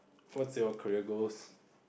what's your career goals